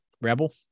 Rebel